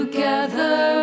Together